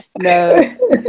No